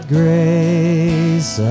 grace